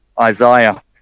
isaiah